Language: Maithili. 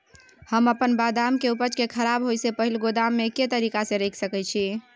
हम अपन बदाम के उपज के खराब होय से पहिल गोदाम में के तरीका से रैख सके छी?